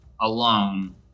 alone